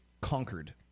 conquered